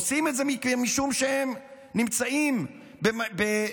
עושים את זה משום שהם נמצאים במשבר,